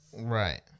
Right